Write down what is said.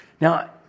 Now